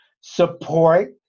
support